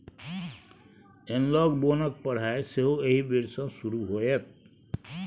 एनलॉग बोनक पढ़ाई सेहो एहि बेर सँ शुरू होएत